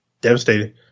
devastated